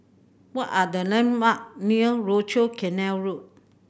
what are the landmark near Rochor Canal Road